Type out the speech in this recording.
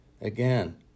Again